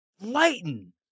Lighten